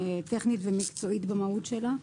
טכנית ומקצועית במהות שלה,